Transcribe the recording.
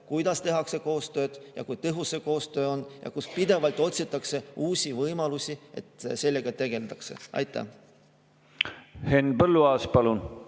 kuidas tehakse koostööd, kui tõhus see koostöö on ja kuidas pidevalt otsitakse uusi võimalusi. Nii et sellega tegeldakse. Aitäh!